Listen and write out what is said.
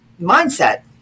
mindset